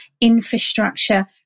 infrastructure